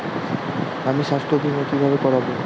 আমি স্বাস্থ্য বিমা কিভাবে করাব?